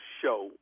show